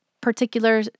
particular